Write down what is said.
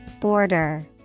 Border